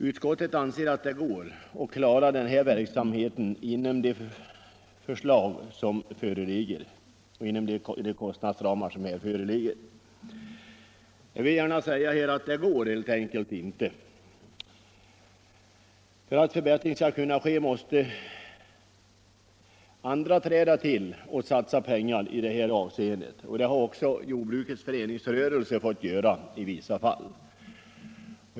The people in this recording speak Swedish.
Utskottet anser att det är möjligt att klara verksamheten inom de kostnadsramar som föreligger. Men jag måste säga att det går helt enkelt inte. För att en förbättring skall kunna ske måste andra träda till och satsa pengar, och det har också jordbrukets föreningsrörelse fått göra i vissa fall.